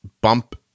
bump